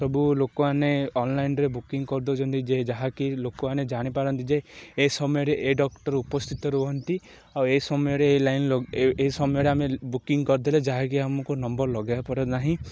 ସବୁ ଲୋକମାନେ ଅନଲାଇନ୍ରେ ବୁକିଂ କରିଦେଉଛନ୍ତି ଯେ ଯାହାକି ଲୋକମାନେ ଜାଣିପାରନ୍ତି ଯେ ଏ ସମୟରେ ଏ ଡ଼କ୍ଟର୍ ଉପସ୍ଥିତ ରୁହନ୍ତି ଆଉ ଏ ସମୟ ରେ ଏ ଲାଇନ୍ ଏ ସମୟରେ ଆମେ ବୁକିଂ କରିଦେଲେ ଯାହାକି ଆମକୁ ନମ୍ବର୍ ଲଗେଇବାକୁ ପଡ଼େ ନାହିଁ